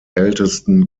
ältesten